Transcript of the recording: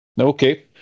Okay